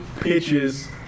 pitches